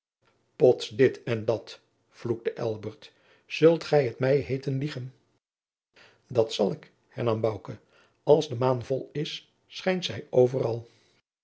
pots dit en dat vloekte elbert zult gij het mij heeten liegen dat zal ik hernam bouke als de maan vol is schijnt zij overal